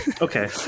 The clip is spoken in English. Okay